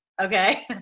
Okay